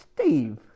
Steve